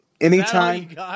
Anytime